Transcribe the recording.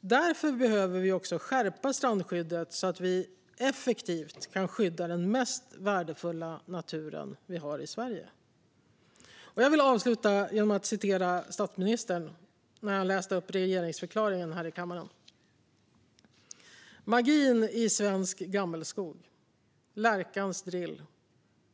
Därför behöver vi också skärpa strandskyddet så att vi effektivt kan skydda den mest värdefulla natur vi har i Sverige. Jag vill avsluta genom att citera något som statsministern sa när han läste upp regeringsförklaringen här i kammaren: "Magin i svensk gammelskog, lärkans drill